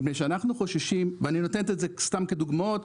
מפני שאנחנו חוששים ואני נותן את זה סתם כדוגמאות,